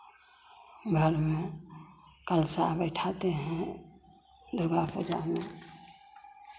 घर में कलशा बैठाते हैं दुर्गा पूजा में